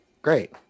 Great